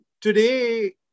today